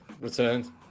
Returned